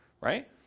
right